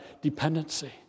dependency